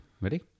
ready